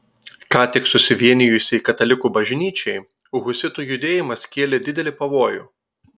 ką tik susivienijusiai katalikų bažnyčiai husitų judėjimas kėlė didelį pavojų